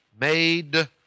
made